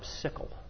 sickle